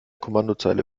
kommandozeile